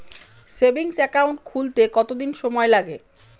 Savings account খুলতে কতদিন সময় লাগে?